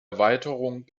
erweiterung